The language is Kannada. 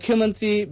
ಮುಖ್ಯಮಂತ್ರಿ ಬಿ